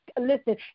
listen